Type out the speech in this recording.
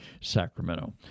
sacramento